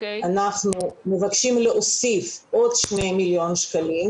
אנחנו מבקשים להוסיף עוד שני מיליון שקלים